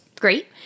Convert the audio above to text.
great